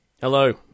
Hello